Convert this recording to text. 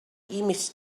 image